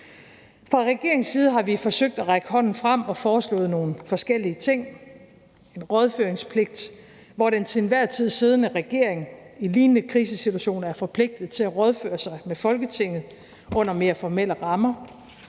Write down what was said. Fra regeringens side har vi forsøgt at række hånden frem og foreslået nogle forskellige ting: en rådføringspligt, hvor den til enhver tid siddende regering i lignende krisesituationer er forpligtet til at rådføre sig med Folketinget under mere formelle rammer;